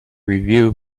review